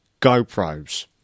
GoPros